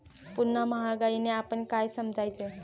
पुन्हा महागाईने आपण काय समजायचे?